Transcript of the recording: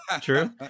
true